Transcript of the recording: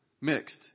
mixed